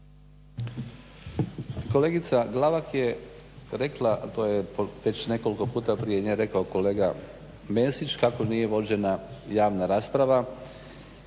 Kolegica Glavak je rekla, to je već nekoliko puta prije nje rekao kolega Mesić kako nije vođena javna rasprava.